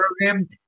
program